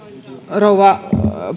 rouva